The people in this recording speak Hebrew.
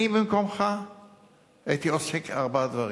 אני במקומך הייתי עושה ארבעה דברים.